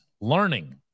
learning